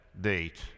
date